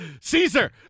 Caesar